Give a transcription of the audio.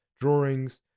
drawings